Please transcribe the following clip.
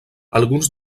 alguns